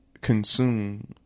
consume